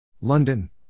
London